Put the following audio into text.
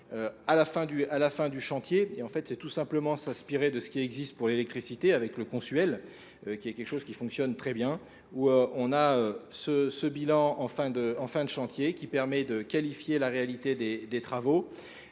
à la fin du chantier et en fait c'est tout simplement s'inspirer de ce qui existe pour l'électricité avec le consuel qui est quelque chose qui fonctionne très bien où on a ce bilan en fin de chantier qui permet de qualifier la réalité des travaux